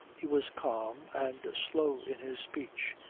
he was calm and slow in his speech.